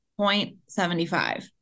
0.75